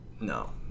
No